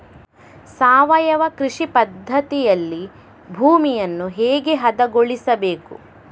ಸಾವಯವ ಕೃಷಿ ಪದ್ಧತಿಯಲ್ಲಿ ಭೂಮಿಯನ್ನು ಹೇಗೆ ಹದಗೊಳಿಸಬೇಕು?